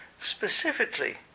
specifically